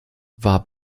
war